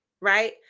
Right